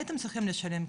הייתם צריכים לשלם כסף.